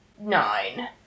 Nine